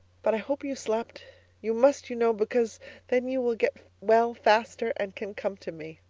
but i hope you slept you must, you know, because then you will get well faster and can come to me.